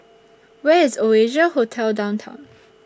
Where IS Oasia Hotel Downtown